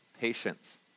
patience